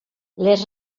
les